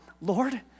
Lord